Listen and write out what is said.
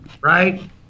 right